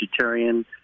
vegetarian –